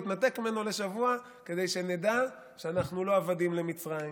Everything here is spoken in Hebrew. להתנתק ממנו לשבוע כדי שנדע שאנחנו לא עבדים למצרים,